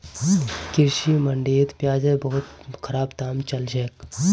कृषि मंडीत प्याजेर बहुत खराब दाम चल छेक